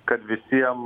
kad visiem